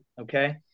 Okay